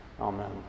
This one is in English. Amen